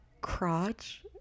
crotch